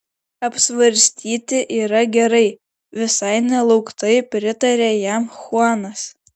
apsvarstyti yra gerai visai nelauktai pritarė jam chuanas